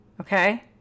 Okay